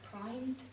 primed